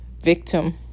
victim